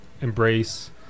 embrace